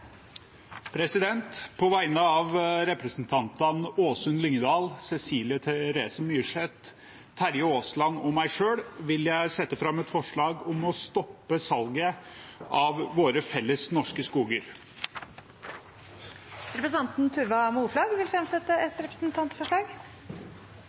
På vegne av representantene Åsunn Lyngedal, Cecilie Terese Myrseth, Terje Aasland og meg selv vil jeg sette fram et forslag om å stoppe salget av våre felles norske skoger. Representanten Tuva Moflag vil fremsette